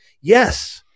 yes